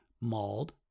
mauled